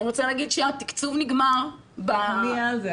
אני רוצה להגיד שהתקצוב נגמר --- אני על זה,